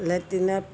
লেট্ৰিনত